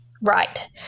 Right